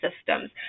systems